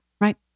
Right